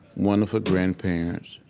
wonderful grandparents.